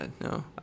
no